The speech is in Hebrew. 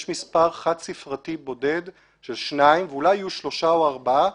יש מספר חד ספרתי בודד של שניים ואולי יהיו שלוש או ארבע חברות.